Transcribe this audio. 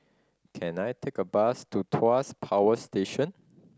can I take a bus to Tuas Power Station